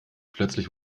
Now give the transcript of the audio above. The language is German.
plötzlich